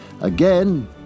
Again